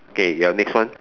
K your next one